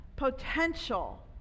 potential